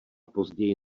později